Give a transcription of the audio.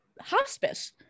hospice